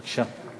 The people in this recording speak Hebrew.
בבקשה.